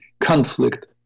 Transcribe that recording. conflict